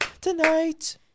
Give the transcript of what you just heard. tonight